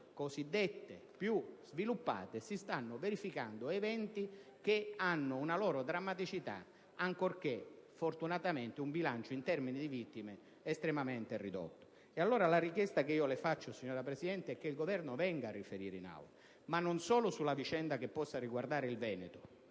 purtroppo, si stanno verificando eventi che hanno una loro drammaticità, ancorché fortunatamente un bilancio in termini di vittime limitato. La richiesta che le rivolgo, signora Presidente, è che il Governo venga a riferire in Aula, ma non solo sulla vicenda che possa riguardare il Veneto,